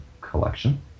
Collection